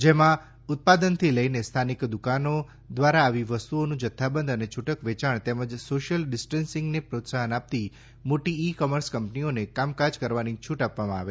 જેમાં જેમાં ઉત્પાદનથી લઈને સ્થાનિક દુકાનો દ્વારા આવી વસ્તુઓનું જ્થ્થાબંધ અને છૂટક વેચાણ તેમજ સોશિયલ ડિસ્ટન્સિંગને પ્રોત્સાહન આપતી મોટી ઈ કોમર્સ કંપનીઓને કામકાજ કરવાની છૂટ આપવામાં આવે